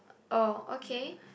oh okay